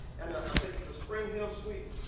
and i think it's a springhill suites.